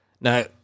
Now